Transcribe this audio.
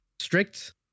strict